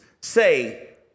say